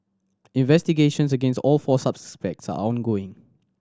investigations against all four suspects are ongoing